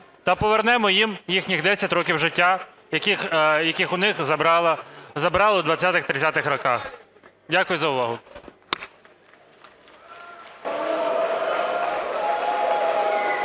та повернемо їм їхні 10 років життя, яке у них забрали в 20-30 роках. Дякую за увагу.